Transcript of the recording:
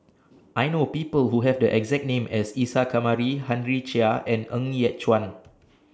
I know People Who Have The exact name as Isa Kamari Henry Chia and Ng Yat Chuan